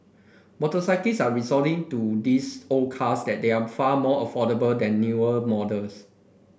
are resorting to these old cars that they are far more affordable than newer models